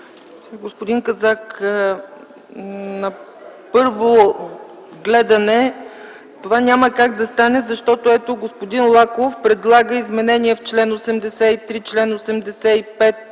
Господин Казак, на първо гледане това няма как да стане, защото господин Лаков предлага изменения в чл. 81, 83, 85,